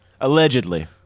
Allegedly